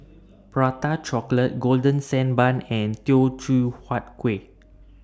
Prata Chocolate Golden Sand Bun and Teochew Huat Kueh